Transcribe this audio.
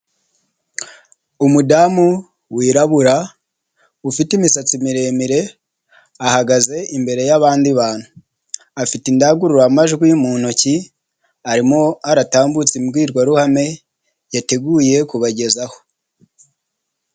Umudamu wirabura, ufite imisatsi miremire, ahagaze imbere y'abandi bantu, afite indangurura amajwi mu ntoki, arimo aratambutse imbwirwaruhame yateguye kubagezaho.